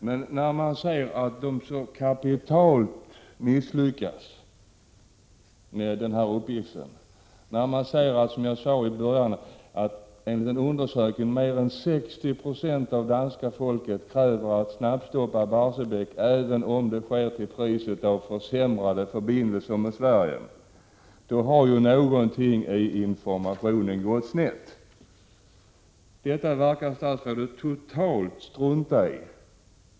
Men när man ser att de så kapitalt har misslyckats med den uppgiften, när enligt en undersökning mer än 60 76 av danska folket kräver att Barsebäck snabbstoppas även om det sker till priset av försämrade förbindelser med Sverige, då har någonting i informationen gått snett. Detta verkar statsrådet totalt strunta i.